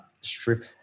strip